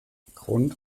grund